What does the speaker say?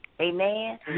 Amen